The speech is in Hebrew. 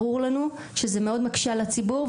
ברור לנו שזה מאוד מקשה על הציבור,